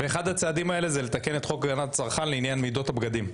ואחד הצעדים האלה הוא לתקן את חוק הגנת הצרכן לעניין מידות הבגדים.